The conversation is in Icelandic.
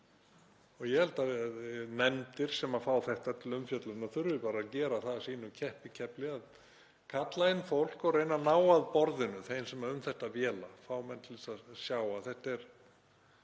Ég held að nefndir sem fá þetta til umfjöllunar þurfi bara að gera það að sínu keppikefli að kalla inn fólk og reyna að ná að borðinu þeim sem um þetta véla, fá menn til að sjá að þetta